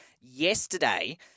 yesterday